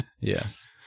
yes